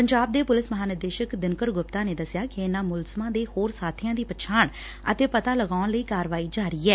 ਪੰਜਾਬ ਦੇ ਪੁਲਿਸ ਮਹਾਨਿਦੇਸ਼ਕ ਦਿਨਕਰ ਗੁਪਤਾ ਨੇ ਦੱਸਿਆ ਕਿ ਇਨੂਾਂ ਮੁਲਜ਼ਮਾਂ ਦੇ ਹੋਰ ਸਾਬੀਆਂ ਦੀ ਪਛਾਣ ਅਤੇ ਪਤਾ ਲਗਾਉਣ ਲਈ ਕਾਰਵਾਈ ਜਾਰੀ ਐ